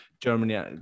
Germany